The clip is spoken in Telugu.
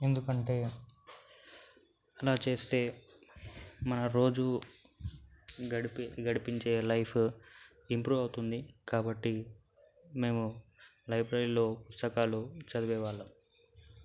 ఎందుకంటే అలా చేస్తే మన రోజు గడిపే గడిపించే లైఫ్ ఇంప్రూవ్ అవుతుంది కాబట్టి మేము లైబ్రరీలో పుస్తకాలు చదివే వాళ్ళం